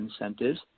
incentives